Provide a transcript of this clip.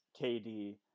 KD